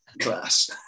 class